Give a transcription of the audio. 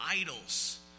idols